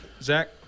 Zach